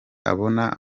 abona